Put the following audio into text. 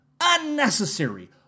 unnecessary